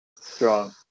Strong